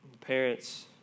parents